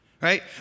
right